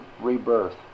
rebirth